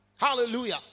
Hallelujah